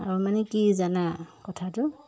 আৰু মানে কি জানা কথাটো